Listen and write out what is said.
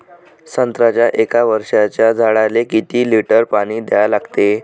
संत्र्याच्या एक वर्षाच्या झाडाले किती लिटर पाणी द्या लागते?